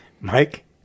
Mike